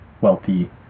wealthy